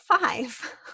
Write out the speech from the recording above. five